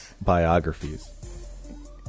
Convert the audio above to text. biographies